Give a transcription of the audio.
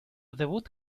debut